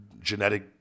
genetic